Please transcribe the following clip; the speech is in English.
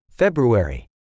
February